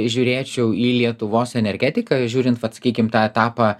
žiūrėčiau į lietuvos energetiką žiūrint vat sakykim tą etapą